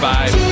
Bye